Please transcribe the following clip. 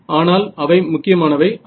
ஆனால் அவை முக்கியமானவை அல்ல